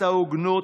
ואת ההוגנות,